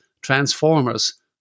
transformers